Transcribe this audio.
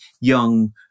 young